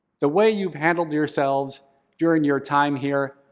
the way you've handled yourselves during your time here,